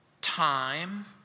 time